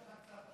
השפעה.